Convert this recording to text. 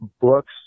books